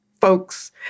folks